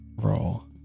roll